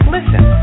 Listen